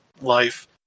life